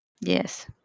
Yes